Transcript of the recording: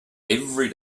every